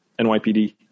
NYPD